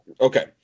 Okay